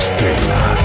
Stella